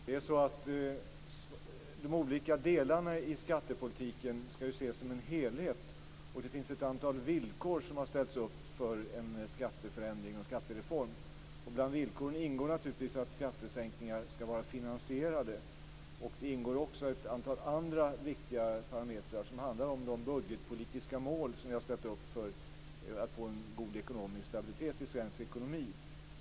Fru talman! De olika delarna i skattepolitiken skall ju ses som en helhet, och det finns ett antal villkor som har ställts upp för en skatteförändring, en skattereform. Bland villkoren ingår naturligtvis att skattesänkningar skall vara finansierade. Det ingår också ett antal andra viktiga parametrar som handlar om de budgetpolitiska mål som vi har ställt upp för att få en god stabilitet i svensk ekonomi.